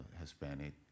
Hispanic